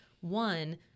one